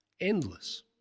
endless